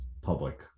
public